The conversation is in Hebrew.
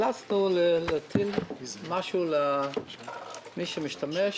כמשרד בריאות נאלצנו להטיל סכום מסוים על מי שמשתמש.